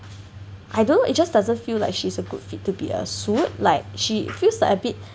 I don't know it just doesn't feel like she's a good fit to be a suit like she feels like a bit